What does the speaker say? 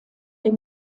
dem